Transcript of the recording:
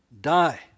die